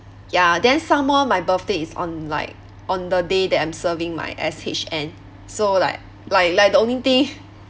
ya then some more my birthday is on like on the day that I'm serving my S_H_N so like like like the only thing